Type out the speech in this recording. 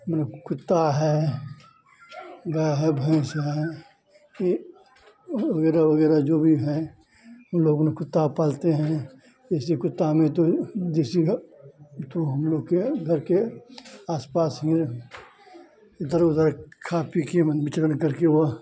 मतलब कुत्ता है गाय है भैंस है यह वगैरह वगैरह जो भी हैं लोग उन कुत्ता पालते हैं देशी कुत्ता में तो देशी है तो हम लोग के घर के आसपास में दरों बैठ खा पीकर विचरण करके वह